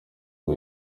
ngo